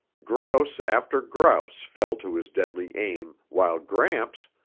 grouse after grouse fell to his deadly aim while gramps,